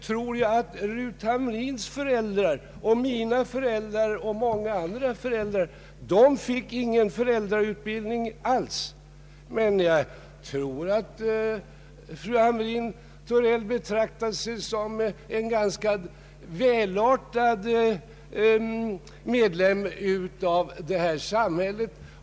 Fru Hamrin-Thorells föräldrar och mina föräldrar fick inte någon föräldrautbildning alls, men jag tror att fru Hamrin-Thorell betraktar sig såsom en ganska välartad medlem av detta samhälle.